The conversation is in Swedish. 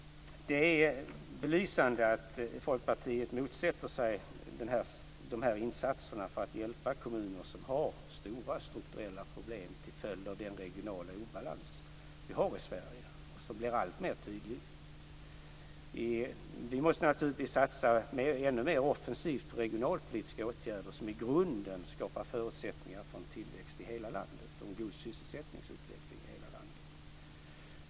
Det är belysande att Folkpartiet motsätter sig dessa insatser för att hjälpa kommuner som har stora strukturella problem till följd av den regionala obalans som vi har i Sverige och som blir alltmer tydlig. Vi måste naturligtvis satsa ännu mer offensivt på regionalpolitiska åtgärder som i grunden skapar förutsättningar för en tillväxt och en god sysselsättningsutveckling i hela landet.